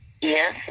Yes